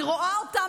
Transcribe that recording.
אני רואה אותם,